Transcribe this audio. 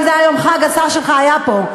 אם זה היה יום חג השר שלך היה פה,